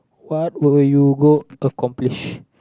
what will you go accomplish